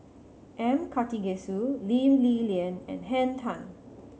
M Karthigesu Lee Li Lian and Henn Tan